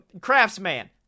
Craftsman